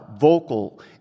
vocal